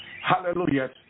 hallelujah